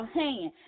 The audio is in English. hand